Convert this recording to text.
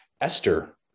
Esther